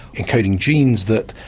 encoding genes. that